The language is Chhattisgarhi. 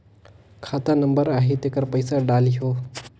खाता नंबर आही तेकर पइसा डलहीओ?